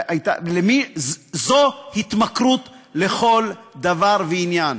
זו התמכרות לכל דבר ועניין.